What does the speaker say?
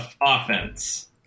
offense